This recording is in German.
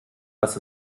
was